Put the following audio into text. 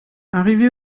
arrivé